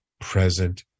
present